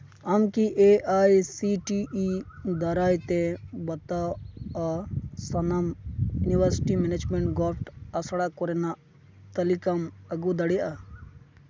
ᱟᱢ ᱠᱤ A I C T E ᱫᱟᱨᱟᱭ ᱛᱮ ᱵᱟᱛᱟᱜᱼᱟ ᱥᱟᱱᱟᱢ ᱤᱭᱩᱱᱤᱵᱷᱟᱨᱥᱤᱴᱤ ᱢᱮᱱᱮᱡᱽᱰ ᱜᱳᱵᱷᱴ ᱟᱥᱲᱟ ᱠᱚᱨᱮᱱᱟᱜ ᱛᱟᱹᱞᱤᱠᱟᱢ ᱟᱹᱜᱩ ᱫᱟᱲᱮᱭᱟᱜᱼᱟ